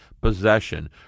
possession